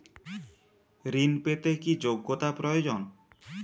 ঋণ পেতে কি যোগ্যতা প্রয়োজন?